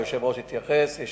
והיושב-ראש התייחס לזה,